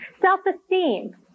self-esteem